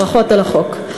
ברכות על החוק.